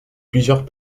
plusieurs